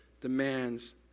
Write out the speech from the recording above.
demands